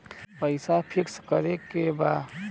पैसा पिक्स करके बा?